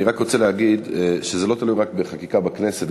אני רק רוצה להגיד שזה לא תלוי רק בחקיקה בכנסת.